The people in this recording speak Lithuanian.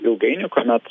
ilgainiui kuomet